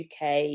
UK